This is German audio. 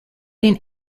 den